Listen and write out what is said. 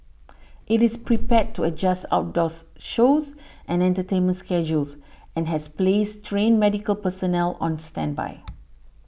it is prepared to adjust outdoors shows and entertainment schedules and has placed trained medical personnel on standby